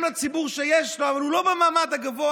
גם לציבור שיש לו אבל הוא לא במעמד הגבוה,